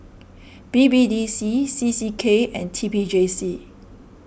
B B D C C C K and T P J C